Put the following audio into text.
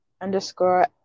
underscore